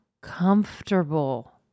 comfortable